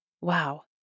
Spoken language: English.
wow